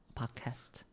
podcast